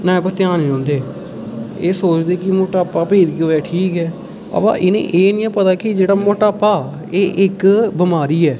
ध्यान निं रखदे एह् सोचदे कि मटापा ऐ फ्ही केह् होआ ठीक ऐ अवा उनें गी एह् निं पता कि एह् जेह्ड़ा मटापा एह् इक बमारी ऐ